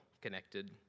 connected